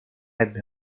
ebbe